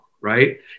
right